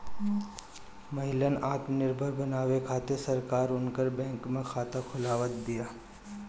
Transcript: महिलन आत्मनिर्भर बनावे खातिर सरकार उनकर बैंक में खाता खोलवावत बिया